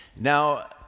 Now